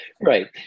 right